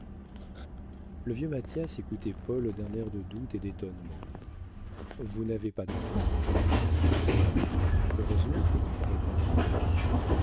le vieux mathias écoutait paul d'un air de doute et d'étonnement vous n'avez pas d'enfants lui dit-il heureusement répondit paul